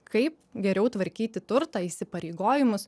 kaip geriau tvarkyti turtą įsipareigojimus